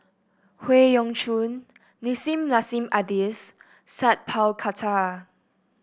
Howe Yoon Chong Nissim Nassim Adis Sat Pal Khattar